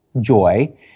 joy